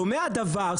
דומה הדבר,